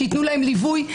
שייתנו להם ליווי,